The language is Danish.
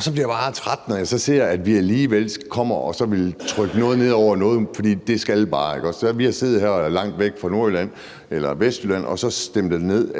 Så bliver jeg bare træt, når jeg så ser, at vi alligevel kommer og vil trykke noget ned over nogle, fordi vi bare skal det her. Vi har siddet her langt væk fra Vestjylland og så stemt det ned.